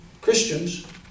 Christians